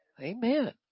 Amen